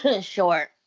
Sure